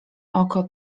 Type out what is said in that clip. oko